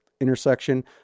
intersection